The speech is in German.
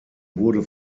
wurde